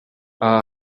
aha